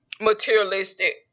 materialistic